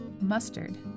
Mustard